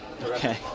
Okay